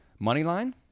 Moneyline